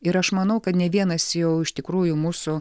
ir aš manau kad ne vienas jau iš tikrųjų mūsų